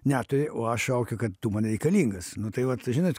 neturi o aš šaukiu kad tu man reikalingas nu tai vat žinot